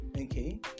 Okay